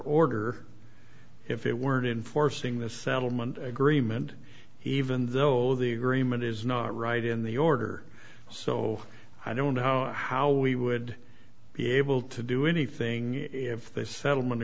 order if it weren't in forcing this settlement agreement he even though the agreement is not right in the order so i don't know how we would be able to do anything if they settlement